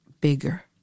bigger